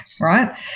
right